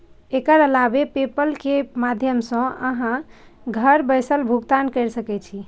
एकर अलावे पेपल के माध्यम सं अहां घर बैसल भुगतान कैर सकै छी